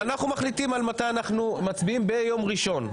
-- אנחנו מחליטים מתי אנחנו מצביעים ביום ראשון.